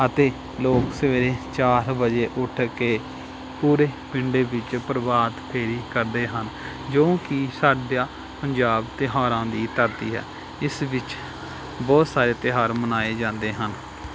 ਅਤੇ ਲੋਕ ਸਵੇਰੇ ਚਾਰ ਵਜੇ ਉੱਠ ਕੇ ਪੂਰੇ ਪਿੰਡੇ ਵਿੱਚ ਪ੍ਰਭਾਤ ਫੇਰੀ ਕਰਦੇ ਹਨ ਜੋ ਕਿ ਸਾਡਾ ਪੰਜਾਬ ਤਿਉਹਾਰਾਂ ਦੀ ਧਰਤੀ ਹੈ ਇਸ ਵਿੱਚ ਬਹੁਤ ਸਾਰੇ ਤਿਉਹਾਰ ਮਨਾਏ ਜਾਂਦੇ ਹਨ